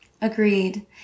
Agreed